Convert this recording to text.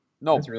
No